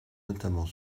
notamment